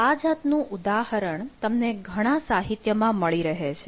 આ જાતનું ઉદાહરણ તમને ઘણા સાહિત્યમાં મળી રહે છે